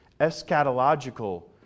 eschatological